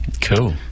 Cool